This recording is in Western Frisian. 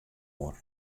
oar